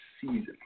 season